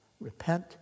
repent